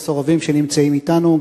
למסורבים שנמצאים אתנו,